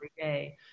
everyday